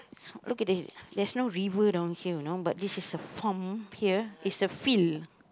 look at it there's no river down here you know but this is a pond here is a field